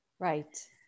Right